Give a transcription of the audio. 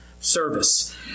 service